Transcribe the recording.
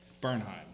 Bernheim